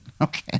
Okay